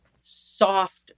soft